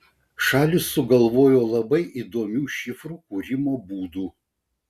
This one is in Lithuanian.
šalys sugalvojo labai įdomių šifrų kūrimo būdų